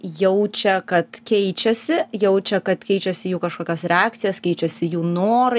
jaučia kad keičiasi jaučia kad keičiasi jų kažkokios reakcijos keičiasi jų norai